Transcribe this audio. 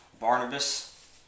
Barnabas